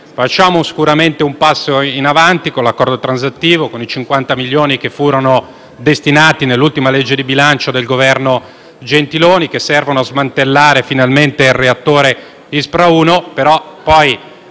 facciamo sicuramente un passo in avanti con l'Accordo transattivo e con i 50 milioni di euro che furono destinati nell'ultima legge di bilancio del Governo Gentiloni Silveri, che servono a smantellare finalmente il reattore Ispra 1; però poi